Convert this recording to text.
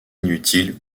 inutiles